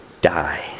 die